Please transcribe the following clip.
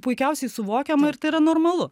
puikiausiai suvokiama ir tai yra normalu